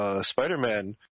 Spider-Man